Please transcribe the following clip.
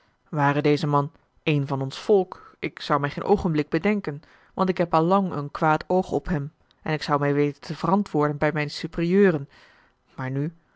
ware deze man een van ons volk ik zou mij geen oogenblik bedenken want ik heb al lang een kwaad oog op hem en ik zou mij weten te verantwoorden bij mijne superieuren maar nu